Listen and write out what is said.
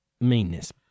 meanness